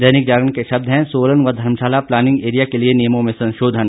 दैनिक जागरण के शब्द हैं सोलन व धर्मशाला प्लानिंग एरिया के लिए नियमों में संशोधन